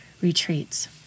retreats